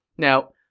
now,